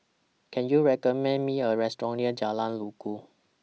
Can YOU recommend Me A Restaurant near Jalan Inggu